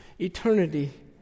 eternity